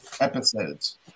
episodes